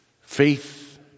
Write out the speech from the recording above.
Faith